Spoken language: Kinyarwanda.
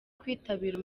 kwitabira